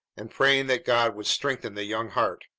and praying that god would strengthen the young heart.